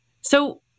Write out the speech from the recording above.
So-